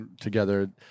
together